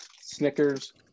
snickers